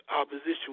opposition